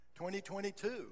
2022